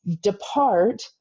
depart